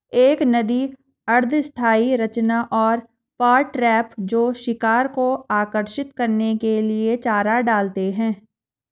एक नदी अर्ध स्थायी संरचना और पॉट ट्रैप जो शिकार को आकर्षित करने के लिए चारा डालते हैं